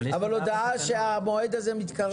אבל הודעה שהמועד הזה מתקרב.